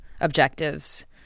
objectives